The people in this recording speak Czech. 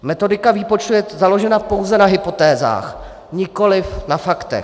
Metodika výpočtu je založena pouze na hypotézách, nikoliv na faktech.